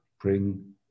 bring